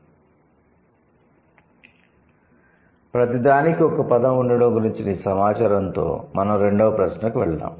'ప్రతిదానికీ ఒక పదం ఉండడం' గురించిన ఈ సమాచారంతో మనం రెండవ ప్రశ్నకు వెళ్దాం